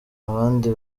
abandi